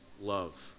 love